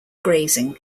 grazing